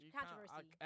Controversy